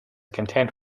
content